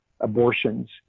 abortions